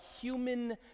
human